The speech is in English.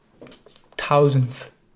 Thousands